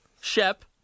Shep